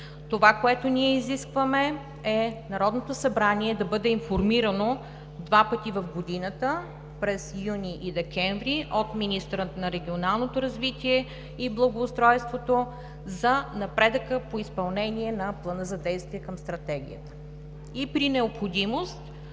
Това, което ние изискваме, е Народното събрание да бъде информирано два пъти в годината – през месеците юни и декември, от министъра на регионалното развитие и благоустройството за напредъка по изпълнение на Плана за действие към Стратегията и при необходимост